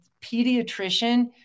pediatrician